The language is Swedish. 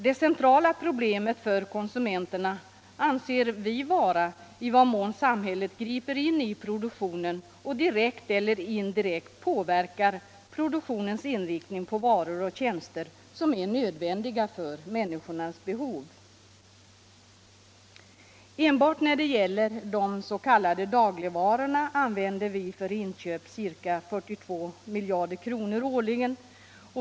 Det centrala problemet för konsumenterna anser vi vara i vad mån samhället griper in i produktionen och direkt eller indirekt påverkar produktionens inriktning på varor och tjänster som är nödvändiga för människorna. Enbart när det gäller de s.k. dagligvarorna använder vi för inköp ca 42 miljarder kr. årligen.